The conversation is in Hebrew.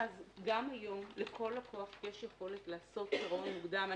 אז גם היום לכל לקוח יש יכולת לעשות פירעון מוקדם.